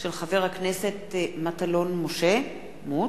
של חברת הכנסת רוחמה אברהם-בלילא.